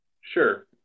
Sure